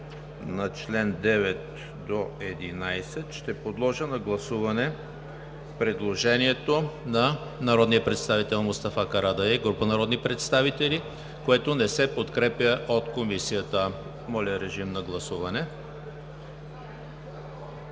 Моля, режим на гласуване.